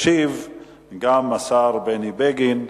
ישיב השר בני בגין,